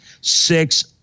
six